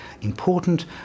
important